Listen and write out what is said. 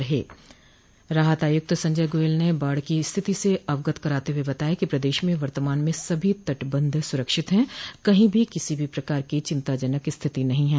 राहत आयुक्त संजय गोयल ने बाढ़ की स्थिति से अवगत कराते हुए बताया कि प्रदेश में वर्तमान में सभी तटबंध स्रक्षित हैं कही भी किसी प्रकार की चिंताजनक स्थिति नहीं है